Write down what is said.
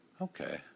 Okay